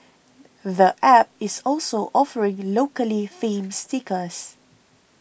the App is also offering locally themed stickers